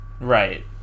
Right